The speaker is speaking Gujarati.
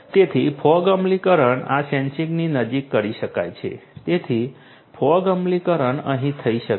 તેથી ફોગ અમલીકરણ આ સેન્સિંગની નજીક કરી શકાય છે તેથી ફોગ અમલીકરણ અહીં થઈ શકે છે